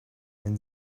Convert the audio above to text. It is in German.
wenn